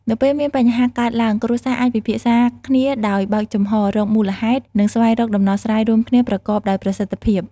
នៅពេលមានបញ្ហាកើតឡើង គ្រួសារអាចពិភាក្សាគ្នាដោយបើកចំហរ រកមូលហេតុ និងស្វែងរកដំណោះស្រាយរួមគ្នាប្រកបដោយប្រសិទ្ធភាព។